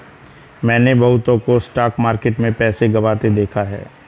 मैंने बहुतों को स्टॉक मार्केट में पैसा गंवाते देखा हैं